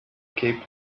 cape